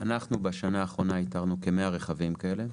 בשנה האחרונה איתרנו כ-100 רכבים כאלה.